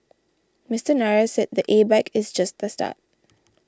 Mister Nair said the A bike is just the start